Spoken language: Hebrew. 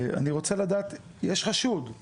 אני רוצה לדעת, יש חשוד,